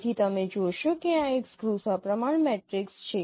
તેથી તમે જોશો કે આ એક સ્ક્યૂ સપ્રમાણ મેટ્રિક્સ છે